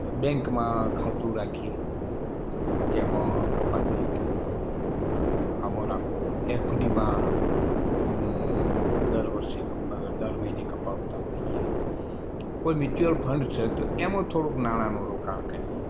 બેંકમાં ખાતું રાખીએ તેમાં કપાવીએ કે ભાઈ આમાં રાખો એફ ડીમાં દર વર્ષે કપ દર મહિને કપાવતા હોઈએ કોઈ મ્યુચઅલ ફંડ છે તો એમાં થોડું નાણાંનું રોકાણ કરીએ